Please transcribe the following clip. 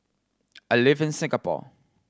I live in Singapore